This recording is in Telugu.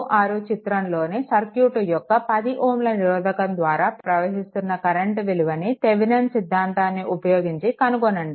36 చిత్రంలో సర్క్యూట్ యొక్క 10 Ω నిరోధకం ద్వారా ప్రవహిస్తున్న కరెంట్ విలువను థెవెనిన్ సిద్ధాంతాన్ని ఉపయోగించి కనుగొనండి